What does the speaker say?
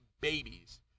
babies